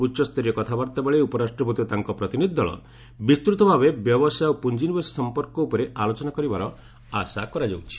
ଉଚ୍ଚସ୍ତରୀୟ କଥାବାର୍ତ୍ତାବେଳେ ଉପରାଷ୍ଟପତି ଓ ତାଙ୍କ ପ୍ରତିନିଧୂଦଳ ବିସ୍ତୃତ ଭାବେ ବ୍ୟବସାୟ ଓ ପୁଞ୍ଜିନିବେଶ ସମ୍ପର୍କ ଉପରେ ଆଲୋଚନା କରିବା ଆଶା କରାଯାଉଛି